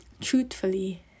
truthfully